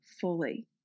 fully